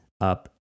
up